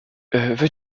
veux